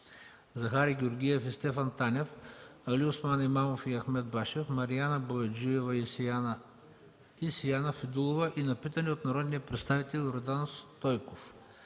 Захари Георгиев и Стефан Танев, Алиосман Имамов и Ахмед Башев, Мариана Бояджиева, и Сияна Фудулова и на питане от народния представител Йордан Стойков.